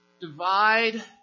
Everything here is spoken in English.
divide